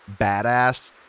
badass